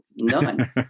none